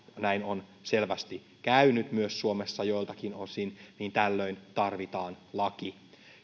näin on selvästi käynyt myös suomessa joiltakin osin tällöin tarvitaan laki